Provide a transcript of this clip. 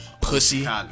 Pussy